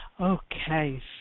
Okay